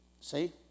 See